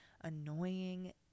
annoying